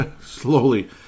slowly